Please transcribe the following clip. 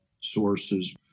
sources